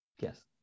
Yes